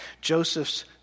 Joseph's